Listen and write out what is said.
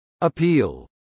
Appeal